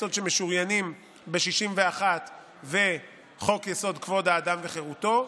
חוקי-היסוד שמשוריינים ב-61 וחוק-יסוד: כבוד האדם וחירותו.